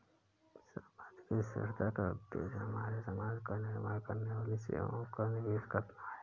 सामाजिक स्थिरता का उद्देश्य हमारे समाज का निर्माण करने वाली सेवाओं का निवेश करना है